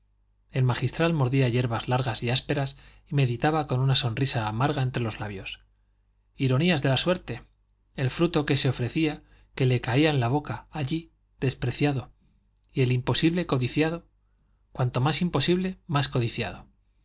el magistral mordía yerbas largas y ásperas y meditaba con una sonrisa amarga entre los labios ironías de la suerte el fruto que se ofrecía que le caía en la boca allí despreciado y el imposible codiciado cuanto más imposible más codiciado